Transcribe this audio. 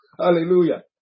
Hallelujah